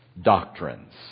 doctrines